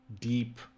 deep